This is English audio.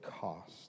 cost